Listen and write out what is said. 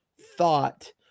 thought